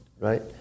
right